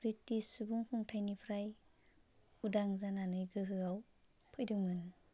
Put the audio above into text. British सुबुं खुंथाइनिफ्राय उदां जानानै गोहोआव फैदोंमोन